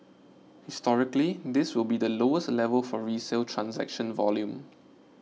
historically this will be the lowest level for resale transaction volume